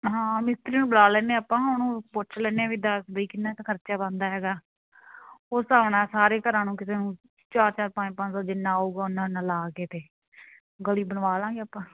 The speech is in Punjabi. ਹਾਂ ਮਿਸਤਰੀ ਨੂੰ ਬੁਲਾ ਲੈਂਦੇ ਆਪਾਂ ਉਹਨੂੰ ਪੁੱਛ ਲੈਂਦੇ ਹਾਂ ਵੀ ਕਿੰਨਾ ਕੁ ਖਰਚਾ ਬਣਦਾ ਹੈਗਾ ਉਸ ਹਿਸਾਬ ਨਾਲ ਸਾਰੇ ਘਰਾਂ ਨੂੰ ਕਿਸੇ ਨੂੰ ਚਾਰ ਚਾਰ ਪੰਜ ਪੰਜ ਸੌ ਜਿੰਨਾ ਆਊਗਾ ਉਨਾ ਉਨਾ ਲਗਾ ਕੇ ਅਤੇ ਗਲੀ ਬਣਵਾ ਲਾਵਾਂਗੇ ਆਪਾਂ